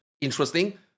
interesting